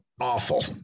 awful